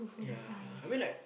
ya I mean like